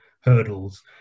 hurdles